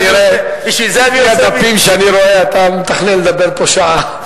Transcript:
לפי הדפים שאני רואה אתה מתכנן לדבר פה שעה.